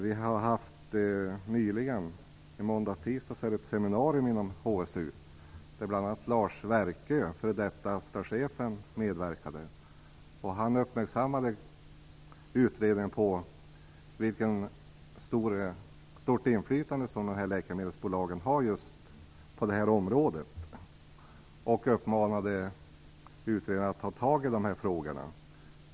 I måndags och tisdags hade vi ett seminarium inom HSU 2000 där bl.a. den f.d. Astrachefen Lars Werkö medverkade. Han uppmärksammade utredningen på det stora inflytande läkemedelsbolagen har på det här området och uppmanade utredningen att ta tag i de här frågorna.